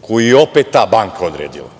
koji je opet ta banka odredila.